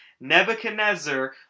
Nebuchadnezzar